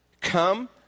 Come